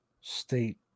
state